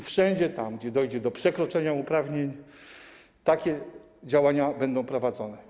Wszędzie tam, gdzie dojdzie do przekroczenia uprawnień, takie działania będą prowadzone.